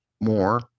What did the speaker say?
more